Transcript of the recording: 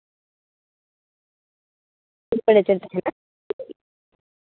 ᱨᱮ ᱛᱟᱦᱮᱱᱟ